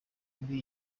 muri